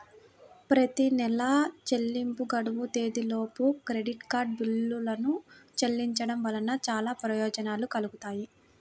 ప్రతి నెలా చెల్లింపు గడువు తేదీలోపు క్రెడిట్ కార్డ్ బిల్లులను చెల్లించడం వలన చాలా ప్రయోజనాలు కలుగుతాయి